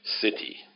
city